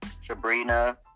Sabrina